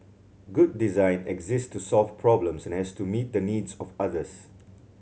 good design exists to solve problems and has to meet the needs of others